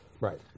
Right